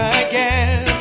again